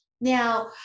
Now